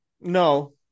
No